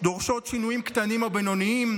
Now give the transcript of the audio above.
דורשות שינויים קטנים או בינוניים,